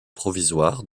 provisoire